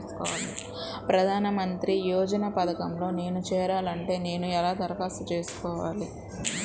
ప్రధాన మంత్రి యోజన పథకంలో నేను చేరాలి అంటే నేను ఎలా దరఖాస్తు చేసుకోవాలి?